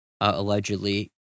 allegedly